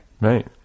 Right